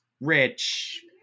rich